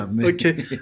okay